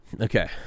Okay